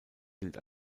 gilt